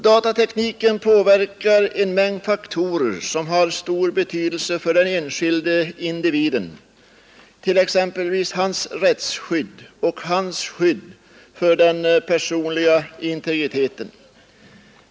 Datatekniken påverkar en mängd faktorer som har stor betydelse för den enskilde individen, t.ex. hans rättsskydd och hans skydd för den personliga integriteten.